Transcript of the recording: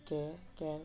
okay cans